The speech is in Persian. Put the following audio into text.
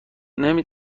نمی